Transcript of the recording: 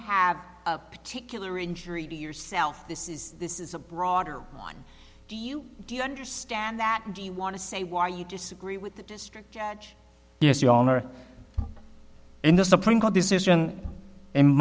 have a particular injury to yourself this is this is a broader one do you do you understand that do you want to say why you disagree with the district judge yes your honor in the supreme court decision